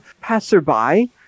passerby